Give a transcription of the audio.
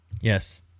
Yes